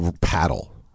paddle